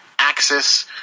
Axis